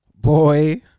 Boy